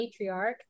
matriarch